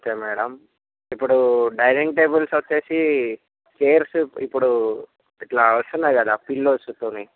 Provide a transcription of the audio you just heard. okay madam ఇప్పుడు dining tables వచ్చి chairs ఇప్పుడు ఇలా వస్తున్నాయి కదా పిల్లోస్తోని